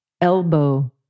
Elbow